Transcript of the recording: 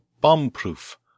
bomb-proof